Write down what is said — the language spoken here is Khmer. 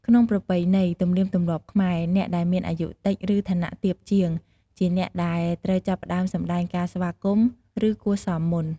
ក្នុងប្រពៃណី ទំនៀមទម្លាប់ខ្មែរ អ្នកដែលមានអាយុតិច ឬឋានៈទាបជាង ជាអ្នកដែលត្រូវចាប់ផ្ដើមសម្ដែងការស្វាគមន៍ ឬគួរសមមុន។